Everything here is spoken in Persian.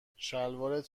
شلوارت